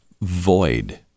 void